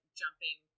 jumping